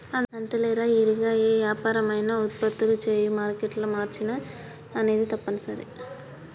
అంతేలేరా ఇరిగా ఏ యాపరం అయినా ఉత్పత్తులు చేయు మారేట్ల మార్చిన అనేది తప్పనిసరి